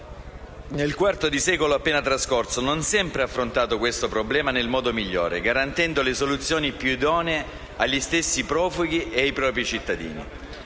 nel quarto di secolo appena trascorso, non sempre ha affrontato questo problema nel modo migliore, garantendo le soluzioni più idonee agli stessi profughi e ai propri cittadini.